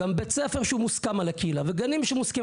גם בית ספר שמוסכם על הקהילה וגנים שמוסכמים